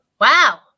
Wow